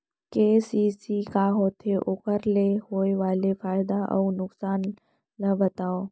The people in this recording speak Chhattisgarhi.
के.सी.सी का होथे, ओखर ले होय वाले फायदा अऊ नुकसान ला बतावव?